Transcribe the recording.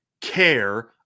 care